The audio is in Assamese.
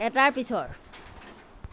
এটাৰ পিছৰ